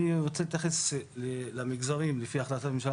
אני רוצה להתייחס למגזרים לפי החלטת ממשלה